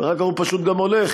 ואחר כך הוא פשוט גם הולך,